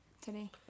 today